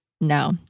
no